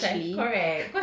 going to paint history